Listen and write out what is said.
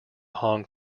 hong